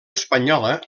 espanyola